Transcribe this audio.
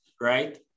right